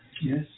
yes